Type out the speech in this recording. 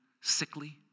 sickly